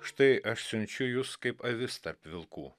štai aš siunčiu jus kaip avis tarp vilkų